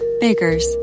Baker's